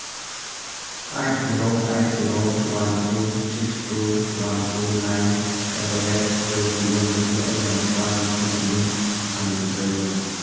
eight zero eight zero one two six two one two nine at the rate ꯄꯦ ꯇꯤ ꯑꯦꯝꯗꯒꯤ ꯑꯩꯅ ꯂꯨꯄꯥ ꯂꯤꯁꯤꯡ ꯑꯅꯤ ꯐꯪꯈꯤꯕ꯭ꯔꯥ ꯌꯦꯡꯉꯨ